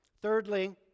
Thirdly